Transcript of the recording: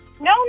No